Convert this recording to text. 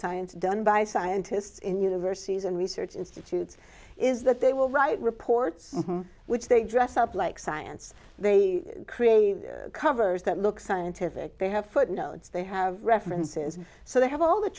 science done by scientists in universities and research institutes is that they will write reports which they dress up like science they create covers that look scientific they have footnotes they have references so they have all the